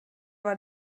war